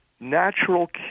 natural